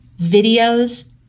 videos